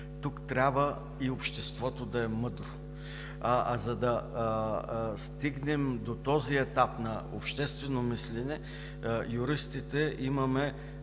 трябва и обществото да е мъдро. А за да стигнем до този етап на обществено мислене, юристите имаме